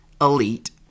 elite